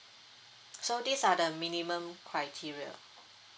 so these are the minimum criteria